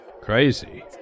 crazy